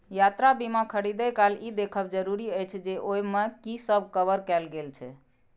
यात्रा बीमा खरीदै काल ई देखब जरूरी अछि जे ओइ मे की सब कवर कैल गेल छै